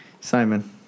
Simon